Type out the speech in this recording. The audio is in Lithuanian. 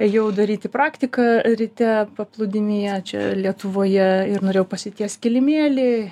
ėjau daryti praktiką ryte paplūdimyje čia lietuvoje ir norėjau pasitiest kilimėlį